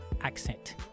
accent